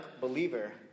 believer